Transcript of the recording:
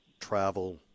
travel